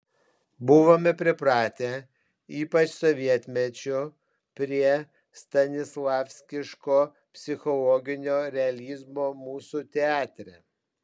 buvome pripratę ypač sovietmečiu prie stanislavskiško psichologinio realizmo mūsų teatre